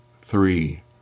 three